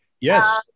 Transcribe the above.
Yes